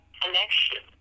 connection